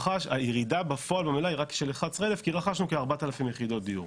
הירידה בפועל במלאי רק של 11,000 כי רכשנו רק כ-4,000 יחידות דיור.